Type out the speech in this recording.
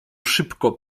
szybko